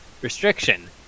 restriction